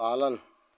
पालन